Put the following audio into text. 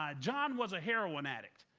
ah john was a heroin addict.